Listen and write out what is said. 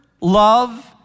love